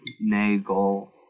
Nagel